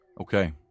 Okay